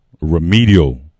remedial